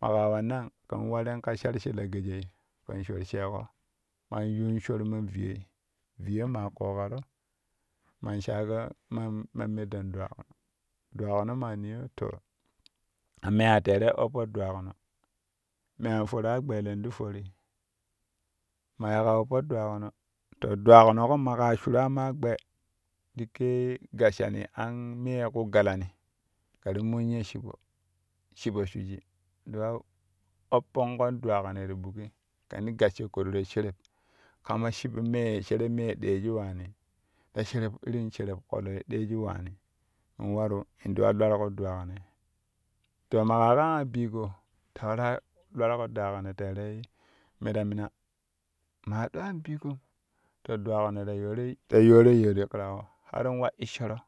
Maka wannan kɛn warin ka shar she la gejei ken shou sheeƙo man yuun shor men viyoi viyo maa ƙoƙaro man shaago man me dan dwakum dwakuno maa niyo to ma meyaa terei oppo dukkuno me an for agbelo fi fori ma yikka oppo dwakuno, to dwakunoƙo maƙa shuraa ma gbe ɗikkee gasshani an mee ƙu galani kɛ ti munyo shiɓo shiɓo shwiki ti wa opponken dwakunoi ti ɓuki kɛnti gassho ƙoɗɗiro shereb kama shiɓo me shereɓ mee deeju waani ta shereb irim shereb ƙolo ye deeju waani in waru in ti wa iwarƙo dwakunoi to maka ka an bigo ta wara iwarƙo dwakuno terei me ta mina maa ɗou an bigom to dwakunoi ta yoro ta yoro yaa ti ƙiraƙo har in wa isshoro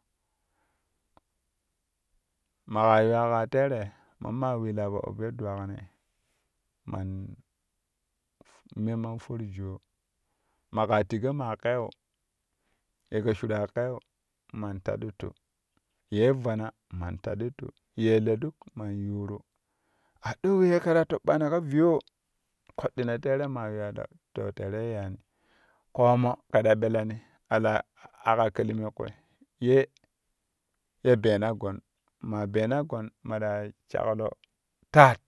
maƙa yuwa kaa tere mamma wika po oppyo dwakunoi man me man for jaa maƙa tigo maa keu ye kɛ shuraa kelu man taɗɗittu yee vana man taɗɗittu yee laɗuƙ man yuuru a ɗoo we kɛ ta toɓɓani ka viyo koɗɗino tere maa yuwa ta too tere yaani ƙoomo ƙɛ ta ɓelani kɛ ta akka kelmi kwi ye ye ɓeena gon maa beena gon mara shaklo tat.